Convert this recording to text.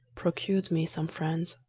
procured me some friends.